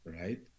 right